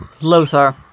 Lothar